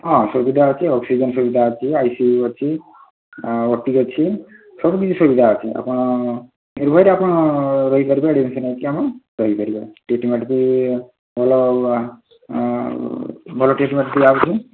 ହଁ ସୁବିଧା ଅଛି ଅକ୍ସିଜେନ୍ ସୁବିଧା ଅଛି ଆଇ ସି ୟୁ ଅଛି ଆଉ ଓ ଟି ଅଛି ସବୁ କିଛି ସୁବିଧା ଅଛି ଆପଣ ନିର୍ଭୟରେ ଆପଣ ରହିପାରିବେ ଆଡ଼ମିସନ୍ ହୋଇକି ଆମ ରହିପାରିବେ ଟ୍ରିଟମେଣ୍ଟ ବି ଭଲ ଭଲ ଟ୍ରିଟମେଣ୍ଟ ଦିଆହେଉଛି